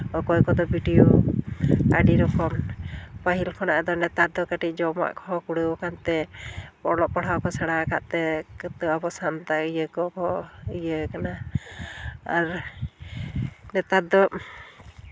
ᱚᱠᱚᱭ ᱠᱚᱫᱚ ᱵᱤᱰᱤᱳ ᱟᱹᱰᱤ ᱨᱚᱠᱚᱢ ᱯᱟᱹᱦᱤᱞ ᱠᱷᱚᱱᱟᱜ ᱫᱚ ᱱᱮᱛᱟᱨ ᱫᱚ ᱠᱟᱹᱴᱤᱡ ᱡᱚᱢᱟᱜ ᱠᱚᱦᱚᱸ ᱠᱩᱲᱟᱹᱣ ᱟᱠᱟᱱ ᱛᱮ ᱚᱞᱚᱜ ᱯᱟᱲᱦᱟᱜ ᱠᱚ ᱥᱮᱬᱟᱣ ᱠᱟᱜ ᱛᱮ ᱡᱚᱛᱚ ᱟᱵᱚ ᱥᱟᱱᱛᱟᱲ ᱤᱭᱟᱹ ᱠᱚᱦᱚᱸ ᱤᱭᱟᱹ ᱠᱟᱱᱟ ᱟᱨ ᱱᱮᱛᱟᱨ ᱫᱚ